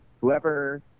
whoever